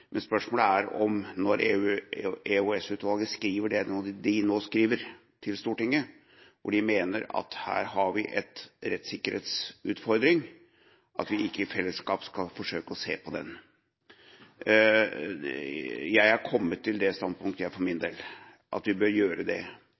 Men når EOS-utvalget skriver det de nå skriver til Stortinget, hvor de mener at vi har en rettssikkerhetsutfordring, er spørsmålet om vi ikke i fellesskap skal forsøke å se på den. Jeg har for min del kommet til det